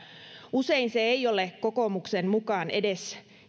usein se ei ole kokoomuksen mukaan edes